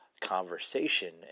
conversation